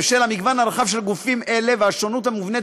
בשל המגוון הרחב של גופים אלו והשונות המובנית